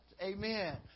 amen